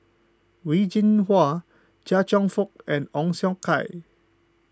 Wen Jinhua Chia Cheong Fook and Ong Siong Kai